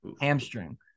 Hamstring